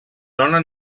dona